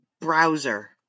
browser